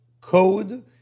code